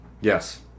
Yes